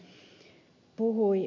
viitanen puhui